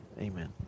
Amen